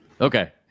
Okay